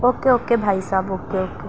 okay okay بھائی صاحب okay okay